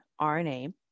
RNA